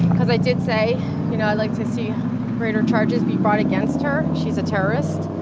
cause i did say, you know, i'd like to see greater charges be brought against her. she's a terrorist.